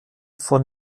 von